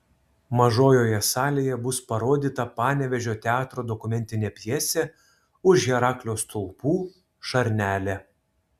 mažojoje salėje bus parodyta panevėžio teatro dokumentinė pjesė už heraklio stulpų šarnelė